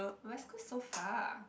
West Coast is so far